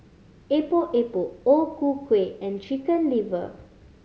Epok Epok O Ku Kueh and Chicken Liver